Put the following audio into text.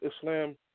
Islam